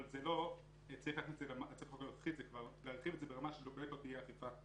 אבל אסור להרחיב את זה לרמה שכבר לא תוכל להיות אכיפה אפקטיבית.